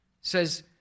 says